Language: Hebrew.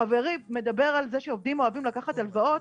חברי מדבר על זה שעובדים אוהבים לקחת הלוואות,